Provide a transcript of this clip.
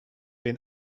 been